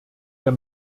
der